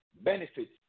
benefits